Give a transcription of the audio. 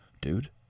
dude